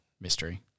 mystery